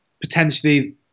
potentially